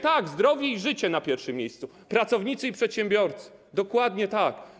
Tak, zdrowie i życie na pierwszym miejscu, pracownicy i przedsiębiorcy, dokładnie tak.